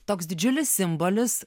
toks didžiulis simbolis